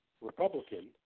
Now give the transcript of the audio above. Republican